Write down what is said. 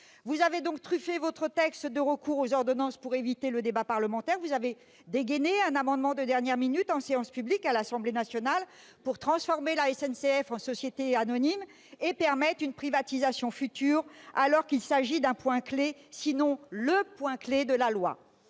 Vous avez truffé votre texte de recours aux ordonnances pour éviter le débat parlementaire. Vous avez dégainé un amendement de dernière minute, en séance publique à l'Assemblée nationale, pour transformer la SNCF en société anonyme et en permettre la privatisation future, alors qu'il s'agit d'un point clé, sinon du point clé, du texte.